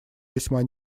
весьма